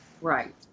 Right